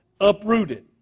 Uprooted